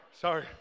Sorry